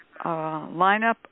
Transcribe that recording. lineup